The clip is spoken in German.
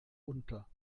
unter